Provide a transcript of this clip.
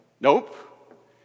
Nope